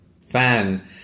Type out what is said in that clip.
fan